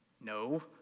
No